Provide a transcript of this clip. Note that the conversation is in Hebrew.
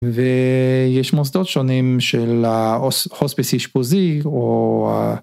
ויש מוסדות שונים של הוספסיס אישפוזי או.